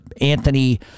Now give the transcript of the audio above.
Anthony